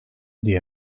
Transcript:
diye